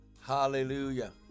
Hallelujah